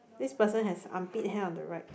this person has armpit hand on the right